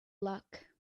luck